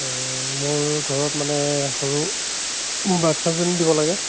মোৰ ঘৰত মানে সৰু মোৰ বাচ্ছাজনী দিব লাগে